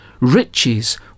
riches